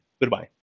Goodbye